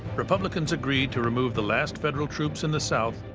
republicans agreed to remove the last federal troops in the south,